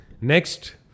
Next